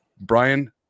Brian